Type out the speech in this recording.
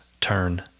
turn